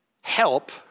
help